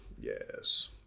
Yes